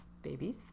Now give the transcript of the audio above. Babies